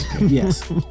Yes